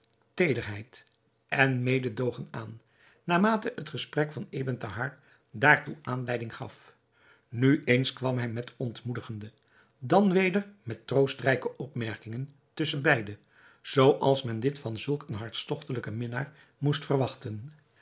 teederheid en mededoogen aan naarmate het gesprek van ebn thahar daartoe aanleiding gaf nu eens kwam hij met ontmoedigende dan weder met troostrijke opmerkingen tusschenbeide zooals men dit van zulk een hartstogtelijken minnaar moest verwachten